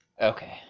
Okay